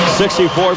64%